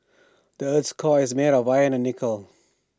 the Earth's core is made of iron and nickel